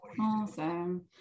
Awesome